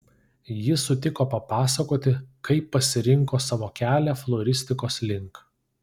ji sutiko papasakoti kaip pasirinko savo kelią floristikos link